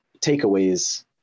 takeaways